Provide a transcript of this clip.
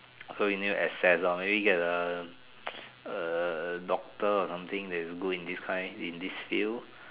so we need to assess lah maybe get a doctor or something that is good in this kind in this field